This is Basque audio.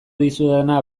dizudana